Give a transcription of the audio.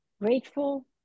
grateful